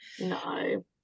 No